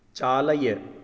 चालय